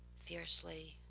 fiercely,